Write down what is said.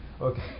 Okay